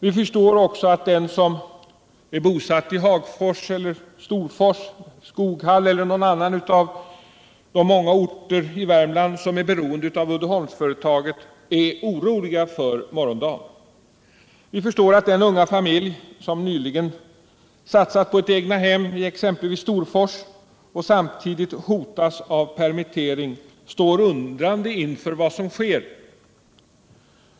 Vi förstår också att den som är bosatt i Hagfors, Storfors, Skoghall eller någon annan av de många orter i Värmland som är beroende av Uddeholmsbolaget är orolig för morgondagen. Vi förstår att den unga familj som nyligen satsat på ett egnahem i exempelvis Storfors och samtidigt hotas av permittering står undrande inför vad som sker.